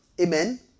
Amen